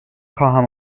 خواهم